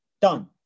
Done